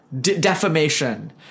defamation